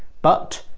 but,